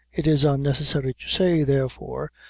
it is unnecessary to say, therefore,